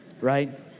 Right